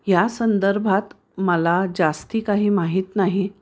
ह्या संदर्भात मला जास्ती काही माहीत नाही